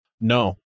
No